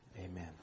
Amen